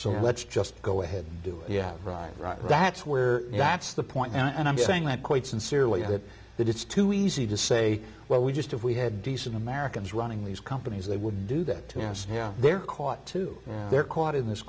so let's just go ahead and do yeah right that's where that's the point and i'm saying that quite sincerely that that it's too easy to say well we just if we had decent americans running these companies they would do that to us yeah they're caught too they're caught in this